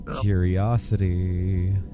Curiosity